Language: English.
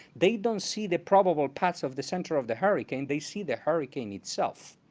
they don't see the probable paths of the center of the hurricane, they see the hurricane itself.